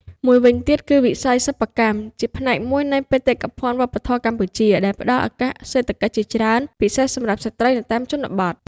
មួយវិញទៀតគឺ វិស័យសិប្បកម្ម ជាផ្នែកមួយនៃបេតិកភណ្ឌវប្បធម៌កម្ពុជា ដែលផ្តល់ឱកាសសេដ្ឋកិច្ចជាច្រើន ពិសេសសម្រាប់ស្ត្រីនៅតាមជនបទ។